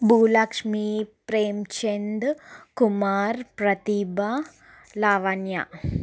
Bhulakshmi Premchand Kumar Pratibha Lavanya